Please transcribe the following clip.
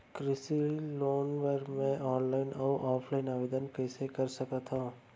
कृषि लोन बर मैं ऑनलाइन अऊ ऑफलाइन आवेदन कइसे कर सकथव?